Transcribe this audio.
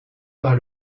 par